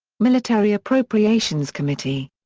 military appropriations committee.